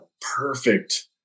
perfect